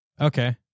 Okay